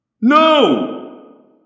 No